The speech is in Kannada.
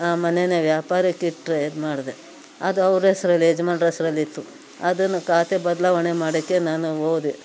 ಆ ಮನೇನ ವ್ಯಾಪಾರಕ್ಕಿಟ್ಟರೆ ಇದು ಮಾಡದೆ ಅದು ಅವ್ರ ಹೆಸರಲ್ಲಿ ಯಜ್ಮಾನ್ರ ಹೆಸರಲ್ಲಿತ್ತು ಅದನ್ನು ಖಾತೆ ಬದಲಾವಣೆ ಮಾಡೋಕ್ಕೆ ನಾನು ಹೋದೆ